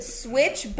switch